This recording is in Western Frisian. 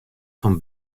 fan